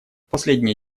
последнее